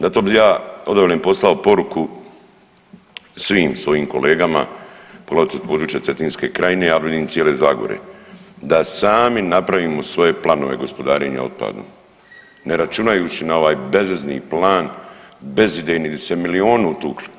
Zato bi ja odavlen poslao poruku svim svojim kolegama, poglavito iz područja cetinske krajine, a i cijele zagore da sami napravimo svoje planove gospodarenja otpadom ne računajući na ovaj bezvezni plan, bezidejni gdje su se milijuni utukli.